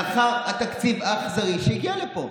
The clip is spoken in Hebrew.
לאחר התקציב אכזרי שהגיע לפה.